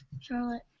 Charlotte